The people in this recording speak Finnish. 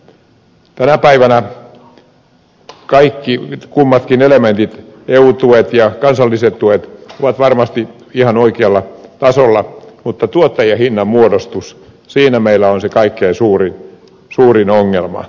tänä päivänä kummatkin elementit eu tuet ja kansalliset tuet ovat varmasti ihan oikealla tasolla mutta tuottajahinnan muodostus siinä meillä on se kaikkein suurin ongelma